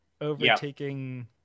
overtaking